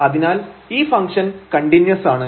അതിനാൽ ഈ ഫംഗ്ഷൻകണ്ടിന്യൂസ് ആണ്